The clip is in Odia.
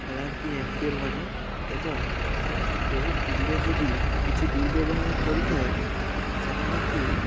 ଖେଳାନ୍ତି ଏମ୍ପିୟରମାନେ ଏବଂ କେହି ପ୍ଳିୟର ଯଦି କିଛି ଦୁର୍ବବ୍ୟହାର କରିଥାଏ ସେମାନଙ୍କୁ